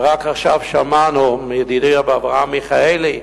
ורק עכשיו שמענו מידידי הרב אברהם מיכאלי,